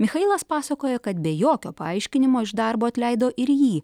michailas pasakoja kad be jokio paaiškinimo iš darbo atleido ir jį